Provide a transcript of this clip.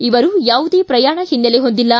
ಇವರು ಯಾವುದೇ ಪ್ರಯಾಣ ಹಿನ್ನೆಲೆ ಹೊಂದಿಲ್ಲ